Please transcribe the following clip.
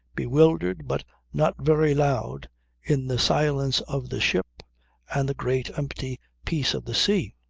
bewildered but not very loud in the silence of the ship and the great empty peace of the sea.